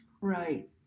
right